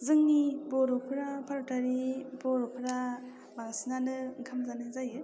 जोंनि बर'फोरा भारतारि बर'फोर बांसिनानो ओंखाम जानाय जायो